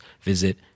visit